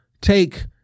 take